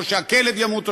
או שהכלב ימות,